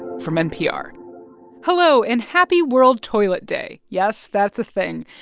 from npr hello, and happy world toilet day yes, that's a thing,